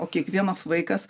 o kiekvienas vaikas